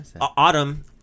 autumn